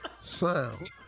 sound